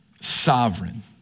Sovereign